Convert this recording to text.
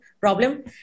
problem